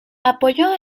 apoyó